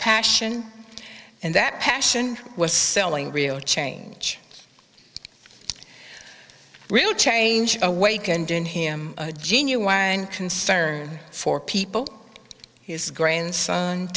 passion and that passion was selling real change real change awakened in him a genuine concern for people his grandson